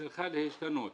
צריכה להשתנות.